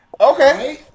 Okay